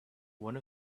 one